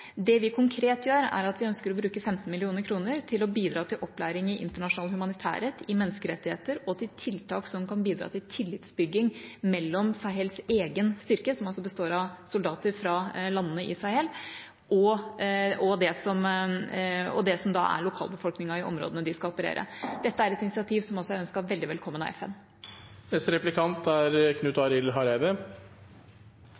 Det vi konkret gjør, er at vi ønsker å bruke 15 mill. kr til å bidra til opplæring i internasjonal humanitærrett og menneskerettigheter og til tiltak som kan bidra til tillitsbygging mellom Sahels egen styrke, som består av soldater fra landene i Sahel, og lokalbefolkningen i områdene som de skal operere i. Dette er et initiativ som også er ønsket veldig velkommen av